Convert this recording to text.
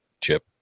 Chip